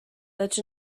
that